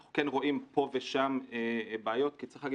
אנחנו כן רואים פה ושם בעיות כי צריך להגיד